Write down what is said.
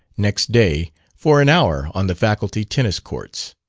next day, for an hour on the faculty tennis-courts.